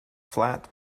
flat